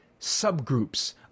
subgroups